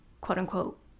quote-unquote